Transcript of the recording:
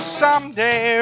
someday